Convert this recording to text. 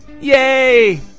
Yay